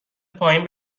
پایین